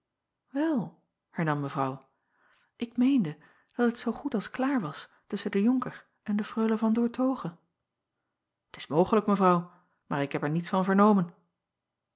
el hernam evrouw ik meende dat het zoo goed als klaar was tusschen den onker en de reule an oertoghe t s mogelijk evrouw maar ik heb er niets van vernomen